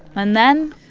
and then.